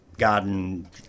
Garden